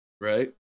right